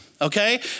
Okay